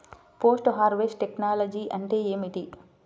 Post harvest technology అంటే ఏమిటి?